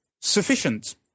sufficient